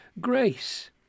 grace